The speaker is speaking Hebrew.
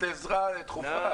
לא תוכלי לפנות לעזרה דחופה.